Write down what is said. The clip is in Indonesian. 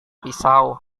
pisau